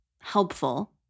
helpful